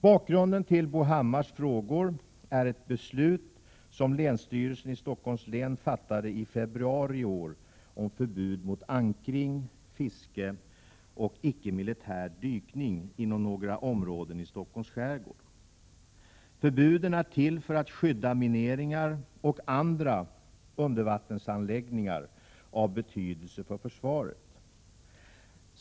Bakgrunden till Bo Hammars frågor är ett beslut som länsstyrelsen i Stockholms län fattade i februari i år om förbud mot ankring, fiske och icke-militär dykning inom några områden i Stockholms skärgård. Förbuden är till för att skydda mineringar och andra undervattensanläggningar av betydelse för försvaret.